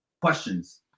questions